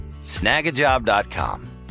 Snagajob.com